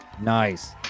Nice